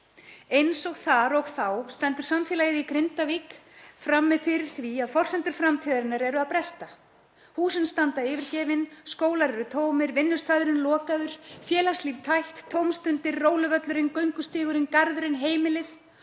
Eins og þar og þá stendur samfélagið í Grindavík frammi fyrir því að forsendur framtíðarinnar eru að bresta. Húsin standa yfirgefin, skólar eru tómir, vinnustaðurinn er lokaður, félagslíf tætt. Tómstundir, róluvöllurinn, göngustígurinn, garðurinn, heimilið